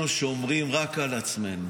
אנחנו שומרים רק על עצמנו.